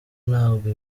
ntabwo